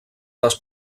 les